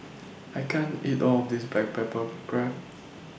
I can't eat All of This Black Pepper Crab